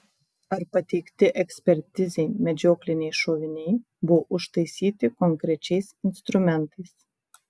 ar pateikti ekspertizei medžiokliniai šoviniai buvo užtaisyti konkrečiais instrumentais